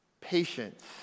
Patience